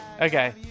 Okay